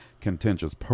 contentious